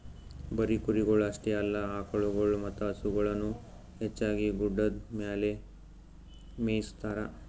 ಬರೀ ಕುರಿಗೊಳ್ ಅಷ್ಟೆ ಅಲ್ಲಾ ಆಕುಳಗೊಳ್ ಮತ್ತ ಹಸುಗೊಳನು ಹೆಚ್ಚಾಗಿ ಗುಡ್ಡದ್ ಮ್ಯಾಗೆ ಮೇಯಿಸ್ತಾರ